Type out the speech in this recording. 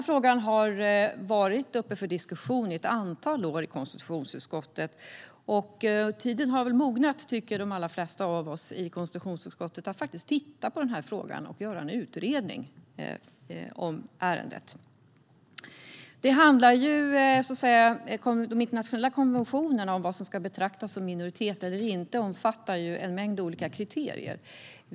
Frågan har varit uppe för diskussion i konstitutionsutskottet ett antal år, och de allra flesta av oss tycker att tiden har mognat för att titta på frågan och göra en utredning om ärendet. Den internationella konventionen om vad som ska betraktas som minoritet eller inte omfattar en mängd olika kriterier.